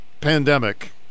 pandemic